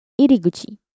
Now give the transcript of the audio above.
Iriguchi